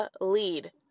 lead